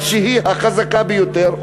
שהיא החזקה ביותר,